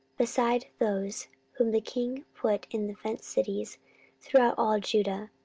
beside those whom the king put in the fenced cities throughout all judah.